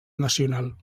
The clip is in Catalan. nacional